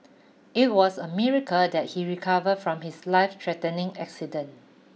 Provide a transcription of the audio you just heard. it was a miracle that he recovered from his lifethreatening accident